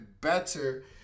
better